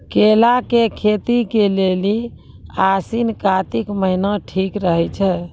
केला के खेती के लेली आसिन कातिक महीना ठीक रहै छै